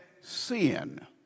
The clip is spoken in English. sin